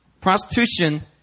Prostitution